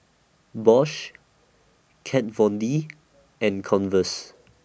Bosch Kat Von D and Converse